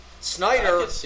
Snyder